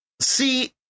See